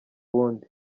wundi